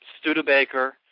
Studebaker